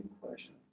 question